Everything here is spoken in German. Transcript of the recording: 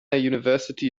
university